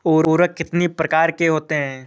उर्वरक कितनी प्रकार के होता हैं?